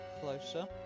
closer